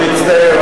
אני מצטער,